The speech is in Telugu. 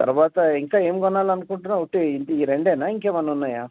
తర్వాత ఇంకా ఏం కొనాలనుకుంటున్నావు ఒట్టి ఈ రెండేనా ఇంకేమన్నా ఉన్నయా